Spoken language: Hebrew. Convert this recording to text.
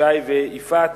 שי ויפעת,